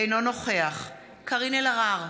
אינו נוכח קארין אלהרר,